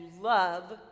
love